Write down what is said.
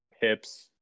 hips